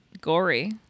Gory